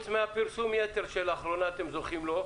--- אתם מסתדרים עם פרסום היתר שלאחרונה אתם זוכים לו?